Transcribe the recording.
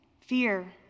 Fear